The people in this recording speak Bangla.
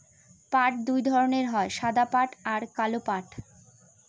পাট দুই ধরনের হয় সাদা পাট আর কালো পাট